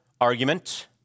argument